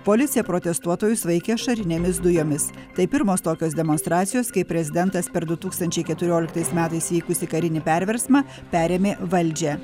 policija protestuotojus vaikė ašarinėmis dujomis tai pirmos tokios demonstracijos kai prezidentas per du tūkstančiai keturioliktais metais vykusį karinį perversmą perėmė valdžią